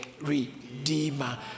redeemer